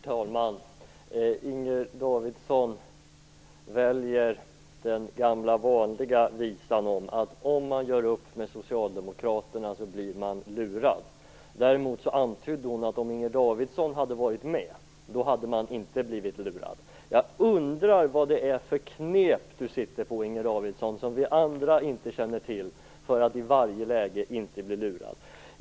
Herr talman! Inger Davidson väljer den gamla vanliga visan om att om man gör upp med Socialdemokraterna blir man lurad. Däremot antydde Inger Davidson att om hon hade varit med hade man inte blivit lurad. Jag undrar vad det är för knep som Inger Davidson har och som vi andra inte känner till för att i varje läge undvika att bli lurad.